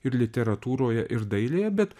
ir literatūroje ir dailėje bet